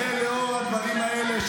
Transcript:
אתה אחראי לזה בדיוק כמוהו.